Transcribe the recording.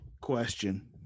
Question